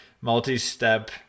multi-step